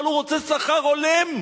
אבל הוא רוצה שכר הולם.